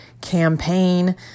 campaign